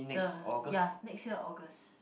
the ya next year August